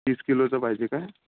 तीस किलोचं पाहिजे काय